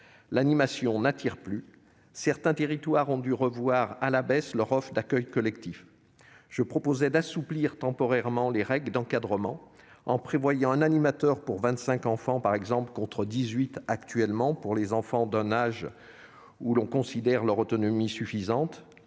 L'animation n'attire plus. Certains territoires ont dû revoir à la baisse leur offre d'accueil collectif. Je proposais d'assouplir temporairement les règles d'encadrement en prévoyant un animateur pour vingt-cinq enfants par exemple, contre dix-huit actuellement, pour les enfants que l'on considère comme suffisamment